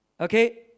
Okay